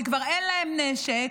כבר אין להם נשק,